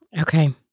Okay